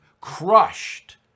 crushed